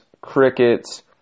crickets